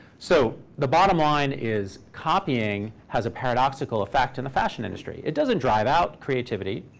so the bottom line is copying has a paradoxical effect in the fashion industry. it doesn't drive out creativity.